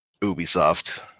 Ubisoft